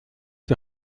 die